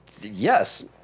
Yes